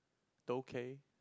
okay